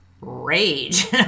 rage